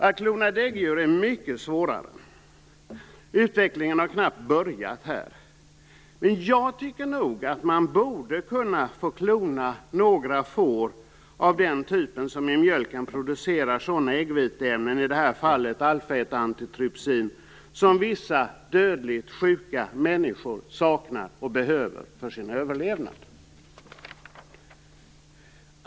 Att klona däggdjur är mycket svårare. Utvecklingen har knappt börjat här. Men jag tycker nog att man borde kunna klona några få av de typer som i mjölken producerar sådana äggviteämnen, i det här fallet alfa-1-antitrypsin, som vissa dödligt sjuka människor saknar och behöver till sin överlevnad.